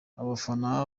abafana